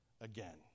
again